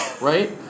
right